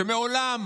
שמעולם